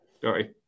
Sorry